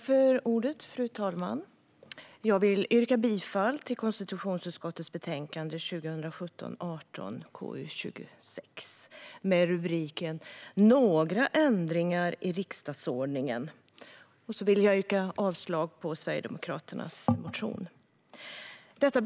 Fru talman! Jag yrkar bifall till konstitutionsutskottets förslag och avslag på reservationerna.